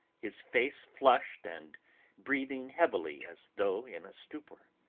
his face flushed and breathing heavily as though in a stupor.